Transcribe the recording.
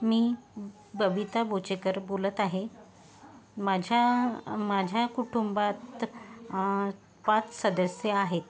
मी बबिता बोचेकर बोलत आहे माझ्या माझ्या कुटुंबात पाच सदस्य आहेत